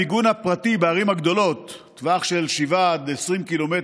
המיגון הפרטי בערים הגדולות בטווח של 7 20 קילומטר,